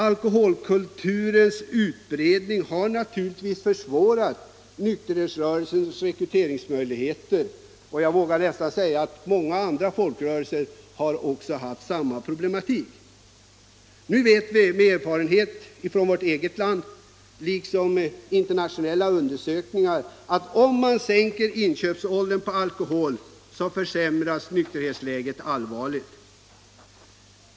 Alkoholkulturens utbredning har naturligtvis försvårat nykterhetsrörelsens rekrytering, och jag vågar säga att många andra folkrörelser har haft samma problem. Vi vet genom erfarenheter från vårt eget land och genom internationella undersökningar att om man sänker inköpsåldern för alkohol försämras nykterhetsläget allvarligt.